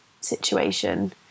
situation